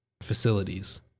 facilities